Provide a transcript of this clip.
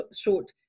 short